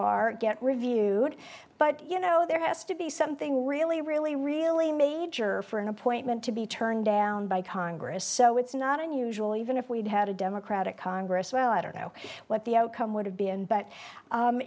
are get reviewed but you know there has to be something really really really major for an appointment to be turned down by congress so it's not unusual even if we'd had a democratic congress well i don't know what the outcome would have been but